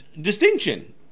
distinction